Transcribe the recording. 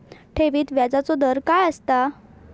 ठेवीत व्याजचो दर काय असता?